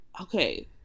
okay